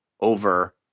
over